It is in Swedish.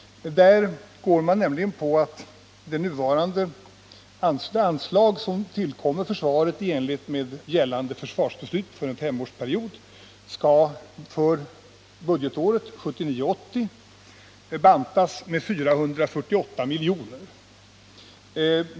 Där förordas nämligen att det anslag som tillkommer försvaret i enlighet med gällande försvarsbeslut för en femårsperiod skall för budgetåret 1979/80 bantas med 448 milj.kr.